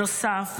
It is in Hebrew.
בנוסף,